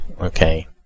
Okay